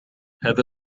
هذا